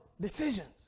decisions